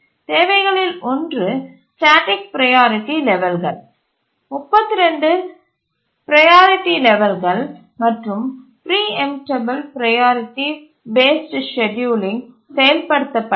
தேவைகளில் ஒன்று static priority லெவல்கள் 32 ப்ரையாரிட்டி லெவல்கள் மற்றும் பிரீஎம்டபல் ப்ரையாரிட்டி பேஸ்டு ஸ்கேட்யூலிங் செயல்படுத்தப்பட வேண்டும்